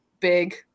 Big